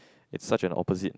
it's such an opposite